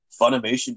Funimation